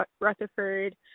Rutherford